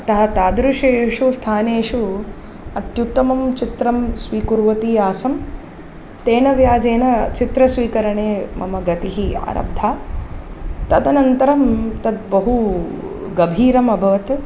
अतः तादृशेषु स्थानेषु अत्युत्तमं चित्रं स्वीकुर्वती आसं तेन व्याजेन चित्रस्वीकरणे मम गतिः आरब्धा तदनन्तरं तद्बहु गभीरमभवत्